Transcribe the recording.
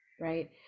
right